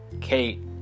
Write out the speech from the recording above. kate